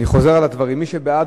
אני חוזר על הדברים: מי שבעד,